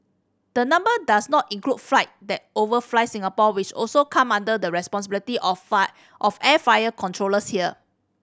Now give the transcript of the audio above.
the number does not include flight that overfly Singapore which also come under the responsibility of five of air fair controllers here